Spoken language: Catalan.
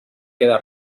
queda